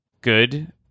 good